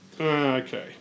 Okay